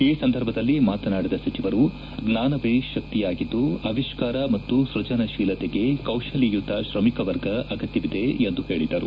ಈ ಸಂದರ್ಭದಲ್ಲಿ ಮಾತನಾಡಿದ ಸಚಿವರು ಜ್ವಾನವೇ ಶಕ್ತಿಯಾಗಿದ್ದು ಅವಿಷ್ಕಾರ ಮತ್ತು ಸೃಜನತೀಲತೆಗೆ ಕೌಶಲ್ಯಯುತ ತ್ರಮಿಕವರ್ಗ ಅಗತ್ಯವಾಗಿದೆ ಎಂದು ಹೇಳಿದರು